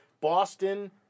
Boston